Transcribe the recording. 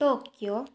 Tokyo